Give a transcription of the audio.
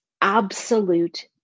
absolute